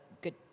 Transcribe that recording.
good